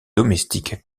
domestiques